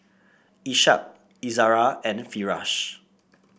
Ishak Izara and Firash